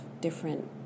different